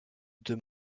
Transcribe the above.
deux